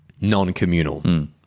non-communal